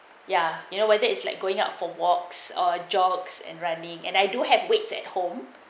ya you know whether is like going out for walks or jokes and running and I do have weights at home